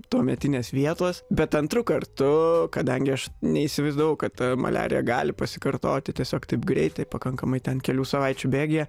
tuometinės vietos bet antru kartu kadangi aš neįsivaizdavau kad maliarija gali pasikartoti tiesiog taip greitai pakankamai ten kelių savaičių bėgyje